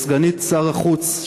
סגנית שר החוץ,